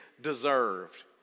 deserved